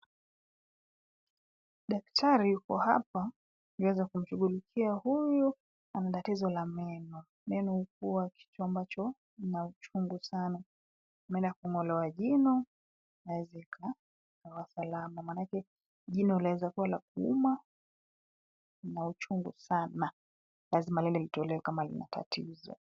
Daktari yuko hapa yuwaweza kumshuguhulikia huyu ana tatizo la meno. Meno hukuwa kitu ambacho kina uchungu sana. Ameenda kung'olewa jino yaweza ikiwa salama manake jino laweza kuwa la kuuma lina uchungu sana lazima liende litolewe kama lina tatizo